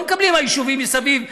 לא מקבלים היישובים מסביב,